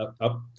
up